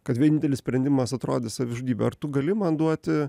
kad vienintelis sprendimas atrodys savižudybė ar tu gali man duoti